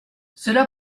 cela